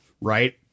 right